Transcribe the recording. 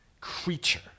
creature